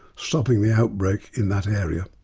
stopping the outbreak in that area.